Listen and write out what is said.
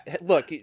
look